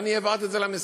ואני העברתי את זה למשרד.